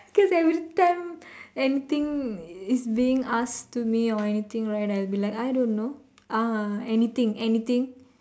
cause every time anything is being asked to me or anything I will be like I don't know ah anything anything